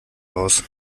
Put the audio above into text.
aus